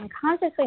consciously